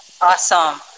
Awesome